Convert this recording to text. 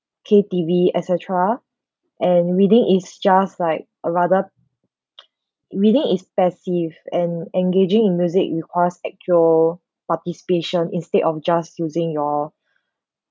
K_T_V etcetera and reading is just like a rather reading is passive and engaging in music requires actual participation instead of just using your